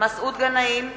מסעוד גנאים,